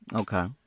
okay